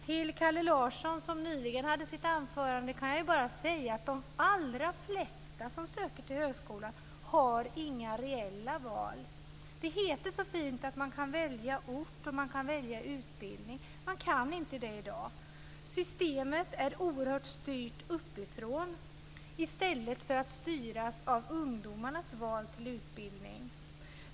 Till Kalle Larsson, som nyligen hade sitt anförande, kan jag bara säga att de allra flesta som söker till högskolan inte har några reella val. Det heter så fint att man kan välja ort och utbildning. Man kan inte det i dag. Systemet är oerhört styrt uppifrån, i stället för att det styrs av ungdomarnas val av utbildning.